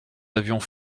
avions